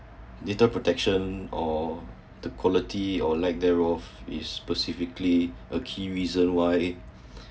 data protection or the quality or lack thereof is specifically a key reason why